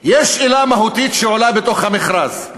שאלה מהותית שעולה במכרז,